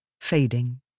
fading